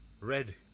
red